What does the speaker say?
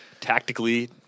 tactically